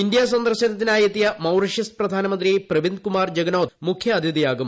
India സന്ദർശനത്തിനായെത്തിയ Mauritius പ്രധാനമന്ത്രി പ്രവിന്ദ് കുമാർ ് ജഗ്നോഥ് മുഖ്യാതിഥിയാകും